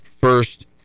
first